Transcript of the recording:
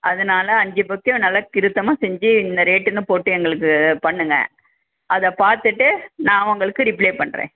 அதனால் அஞ்சு பொக்கேவை நல்லா திருத்தமாக செஞ்சு என்ன ரேட்டுன்னு போட்டு எங்களுக்குப் பண்ணுங்கள் அதைப் பார்த்துட்டு நான் உங்களுக்கு ரிப்ளேப் பண்ணுறேன்